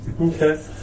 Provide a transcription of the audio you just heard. Okay